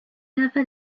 never